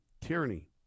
tyranny